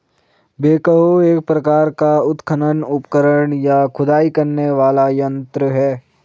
backhoe एक प्रकार का उत्खनन उपकरण, या खुदाई करने वाला यंत्र है